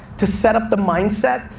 to set up the mindset,